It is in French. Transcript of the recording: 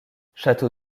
château